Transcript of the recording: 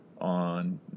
on